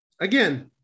Again